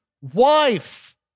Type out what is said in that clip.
wife